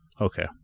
okay